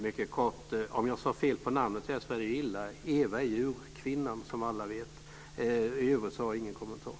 Herr talman! Om jag sade fel namn så är det illa. Ewa är ju ett kvinnonamn som alla vet. I övrigt har jag ingen kommentar.